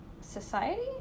society